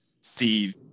see